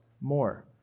more